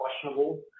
questionable